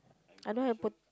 I don't have pot~